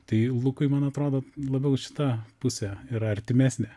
tai lukui man atrodo labiau šita pusė yra artimesnė